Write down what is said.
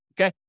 Okay